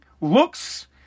looks